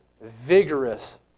vigorous